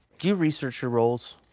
do you research your roles?